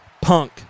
Punk